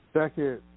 second